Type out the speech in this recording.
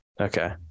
Okay